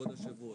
כבוד היושב ראש,